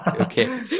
okay